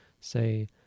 say